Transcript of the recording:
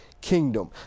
kingdom